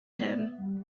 him